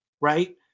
right